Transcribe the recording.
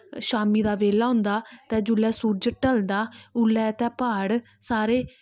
शाम्मी दा बेल्ला होंदा ते जुल्लै सूरज ढलदा उल्लै ते प्हाड़ सारे